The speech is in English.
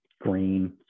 green